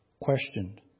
questioned